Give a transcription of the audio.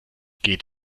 geht